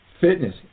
fitness